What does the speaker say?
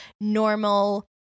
normal